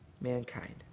mankind